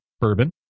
bourbon